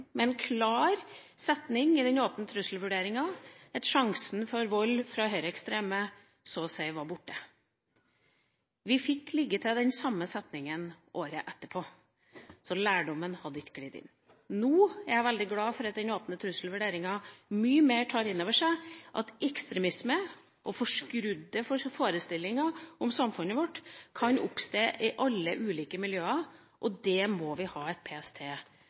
med en klar setning i den åpne trusselvurderinga om at sjansen for vold fra høyreekstreme så å si var borte. Vi fikk liketil den samme setningen året etterpå. Så lærdommen hadde ikke glidd inn. Nå er jeg veldig glad for at den åpne trusselvurderinga mye mer tar inn over seg at ekstremisme og forskrudde forestillinger om samfunnet vårt kan oppstå i alle ulike miljøer, og det må vi ha et PST